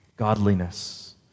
godliness